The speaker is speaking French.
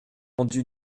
vendu